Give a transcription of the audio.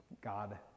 god